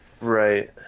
Right